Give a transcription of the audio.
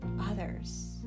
others